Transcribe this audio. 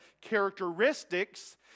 characteristics